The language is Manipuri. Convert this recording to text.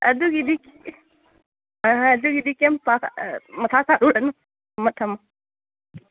ꯑꯗꯨꯒꯤꯗꯤ ꯍꯣꯏ ꯍꯣꯏ ꯑꯗꯨꯒꯤꯗꯤ ꯀꯩꯝ ꯃꯊꯥ ꯁꯥꯔꯨꯔꯅꯨ ꯊꯝꯃꯣ ꯊꯝꯃꯣ